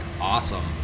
awesome